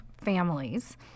families